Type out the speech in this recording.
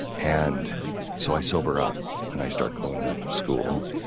and so i sober up and i start going to school,